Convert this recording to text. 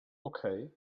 okay